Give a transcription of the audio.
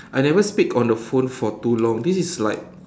I never speak on the phone for too long this is like